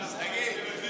אז תגיד.